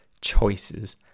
choices